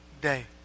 day